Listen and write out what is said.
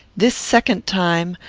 this second time,